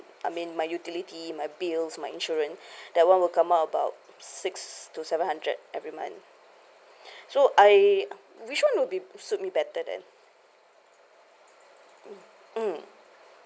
I mean my utility my bills my insurance that one will come out about six to seven hundred every month so I which one would be suit me better then mm